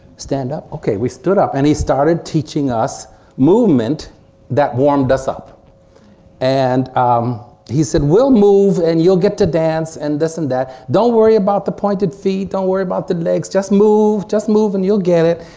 stand up, okay. we stood up and he started teaching us movement that warmed us up and he said we'll move and you'll get to dance and this and that don't worry about the pointed feet, don't worry about the legs just move, just move and you'll get it.